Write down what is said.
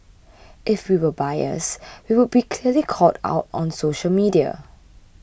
if we were biased we would be clearly called out on social media